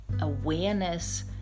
Awareness